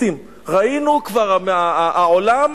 העולם